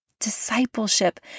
discipleship